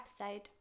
episode